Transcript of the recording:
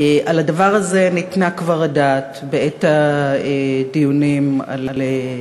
על הדבר הזה ניתנה כבר הדעת בעת הדיונים על,